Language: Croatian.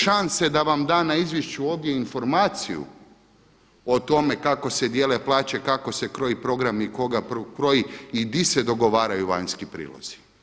Šanse da vam da na izvješću ovdje informaciju o tome kako se dijele plaće, kako se kroji program i tko ga kroji i gdje se dogovaraju vanjski prilozi.